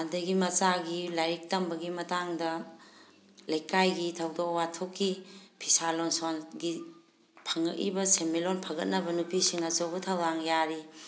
ꯑꯗꯒꯤ ꯃꯆꯥꯒꯤ ꯂꯥꯏꯔꯤꯛ ꯇꯝꯕꯒꯤ ꯃꯇꯥꯡꯗ ꯂꯩꯀꯥꯏꯒꯤ ꯊꯧꯗꯣꯛ ꯋꯥꯊꯣꯛꯀꯤ ꯐꯤꯁꯥ ꯂꯣꯟꯁꯥꯒꯤ ꯐꯪꯉꯛꯏꯕ ꯁꯦꯟꯃꯤꯠꯂꯣꯟ ꯐꯒꯠꯅꯕ ꯅꯨꯄꯤꯁꯤꯡꯅꯁꯨ ꯑꯆꯪꯕ ꯊꯧꯗꯥꯡ ꯌꯥꯔꯤ